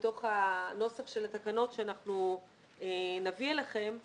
בתוך הנוסח של התקנות שנביא אליכם,